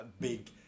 big